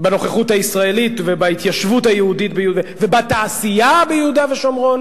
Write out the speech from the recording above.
בנוכחות הישראלית ובהתיישבות היהודית ובתעשייה ביהודה ושומרון.